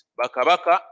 bakabaka